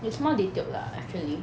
it's more detailed lah actually